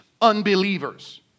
unbelievers